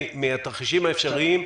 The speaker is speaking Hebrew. מהתרחישים האפשריים,